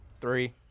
three